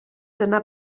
dyma